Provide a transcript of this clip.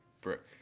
Brooke